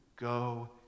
Go